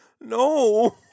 no